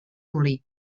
molí